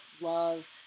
love